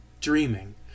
dreaming